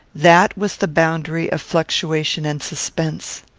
that was the boundary of fluctuation and suspense.